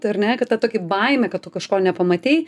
t ar ne kad ta tokia baimė kad tu kažko nepamatei